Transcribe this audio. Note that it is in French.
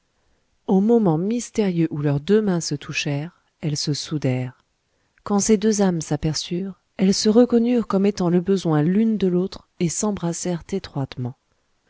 au moment mystérieux où leurs deux mains se touchèrent elles se soudèrent quand ces deux âmes s'aperçurent elles se reconnurent comme étant le besoin l'une de l'autre et s'embrassèrent étroitement